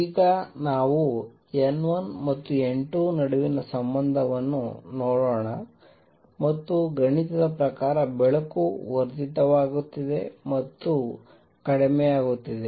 ಈಗ ನಾವು N1 ಮತ್ತು N2 ನಡುವಿನ ಈ ಸಂಬಂಧವನ್ನು ನೋಡೋಣ ಮತ್ತು ಗಣಿತದ ಪ್ರಕಾರ ಬೆಳಕು ವರ್ಧಿತವಾಗುತ್ತಿದೆ ಅಥವಾ ಕಡಿಮೆಯಾಗುತ್ತಿದೆ